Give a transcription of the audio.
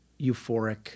euphoric